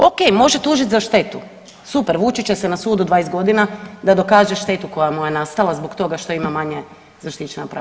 Ok, može tužit za štetu, super, vući će se na sudu 20 godina da dokaže štetu koja mu je nastala zbog toga što ima manje zaštićena prava.